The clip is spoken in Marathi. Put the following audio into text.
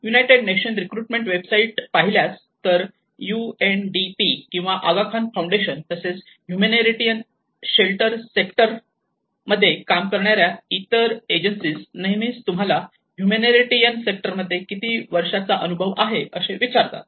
युनायटेड नेशन रिक्रुटमेंट वेबसाईट पाहिल्यात तर यूएनडीपी किंवा आगा खान फाऊंडेशन तसेच ह्युमेनीटेरियन शेल्टर सेक्टर काम करणाऱ्या इतर एजन्सीज नेहमीच तुम्हाला ह्युमेनीटेरियन सेक्टर मध्ये किती वर्षाचा अनुभव आहे असे विचारतात